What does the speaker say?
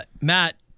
Matt